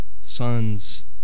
sons